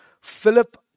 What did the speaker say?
Philip